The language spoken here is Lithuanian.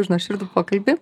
už nuoširdų pokalbį